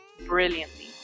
brilliantly